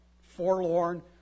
forlorn